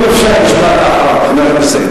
אם אפשר, משפט אחרון, חבר הכנסת כבל.